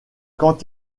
quand